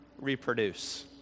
reproduce